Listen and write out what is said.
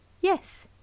Yes